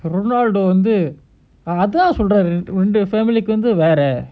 ஒருவேலவந்துஅதான்சொல்லறாருஎன்னோடஎன்னோட:oru vela vandhu athan sollraru ennoda ennoda family க்குவந்துவேற:ku vandhu vera